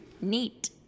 Neat